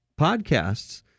podcasts